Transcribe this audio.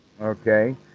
okay